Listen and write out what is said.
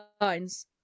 lines